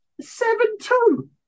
seven-two